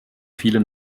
viele